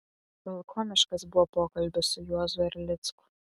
gal komiškas buvo pokalbis su juozu erlicku